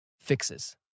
fixes